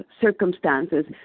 circumstances